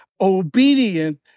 obedient